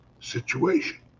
situation